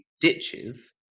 ditches